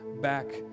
back